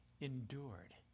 endured